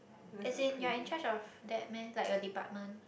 as in you're in charge of that meh like your department